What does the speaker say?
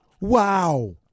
wow